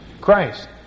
Christ